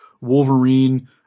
Wolverine